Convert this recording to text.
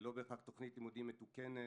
ולא בהכרח תוכנית לימודים מתוקנת,